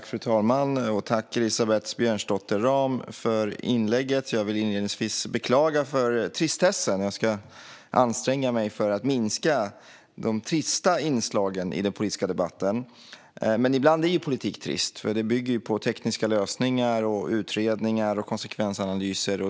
Fru talman! Tack, Elisabeth Björnsdotter Rahm, för inlägget! Jag vill inledningsvis beklaga tristessen. Jag ska anstränga mig för att minska de trista inslagen i den politiska debatten. Men ibland är ju politik trist, för den bygger på tekniska lösningar, utredningar och konsekvensanalyser.